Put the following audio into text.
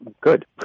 good